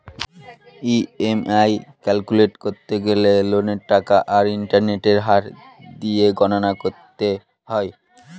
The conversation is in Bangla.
ই.এম.আই ক্যালকুলেট করতে গেলে লোনের টাকা আর ইন্টারেস্টের হার দিয়ে গণনা করতে হয়